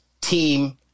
team –